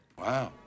wow